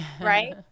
Right